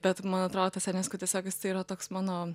bet man atrodo tas enesku tiesiog jis tai yra toks mano